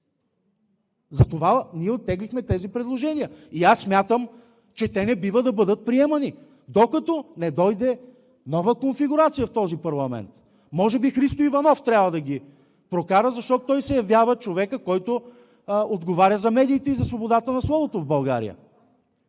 Затова ние оттеглихме тези предложения. Аз смятам, че те не бива да бъдат приемани, докато не дойде нова конфигурация в този парламент. Може би Христо Иванов трябва да ги прокара, защото той се явява човекът, който отговаря за медиите и за свободата на словото в България!